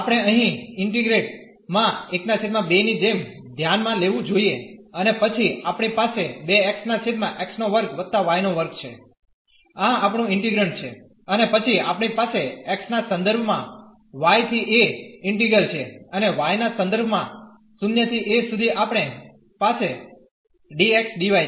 આપણે અહીં ઇન્ટિગ્રેન્ડ માં 12 ની જેમ ધ્યાનમાં લેવું જોઈએ અને પછી આપણી પાસે છે આ આપણું ઇન્ટિગ્રેન્ડ છે અને પછી આપણી પાસે x ના સંદર્ભ માં y થી a ઇન્ટીગલ છે અને y ના સંદર્ભ માં 0 થી a સુધી આપણે પાસે dx dy છે